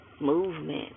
movement